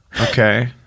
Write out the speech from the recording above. okay